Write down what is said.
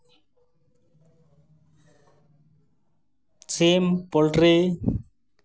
ᱥᱤᱢ poultry